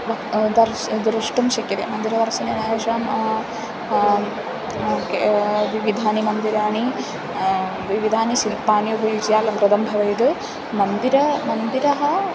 वक्तुं दर्शनं द्रष्टुं शक्यते मन्दिरदर्शनेन एषां ओ के विविधानि मन्दिराणि विविधानि शिल्पानि उपयुज्य अलङ्कृतं भवेत् मन्दिरं मन्दिरं